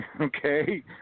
okay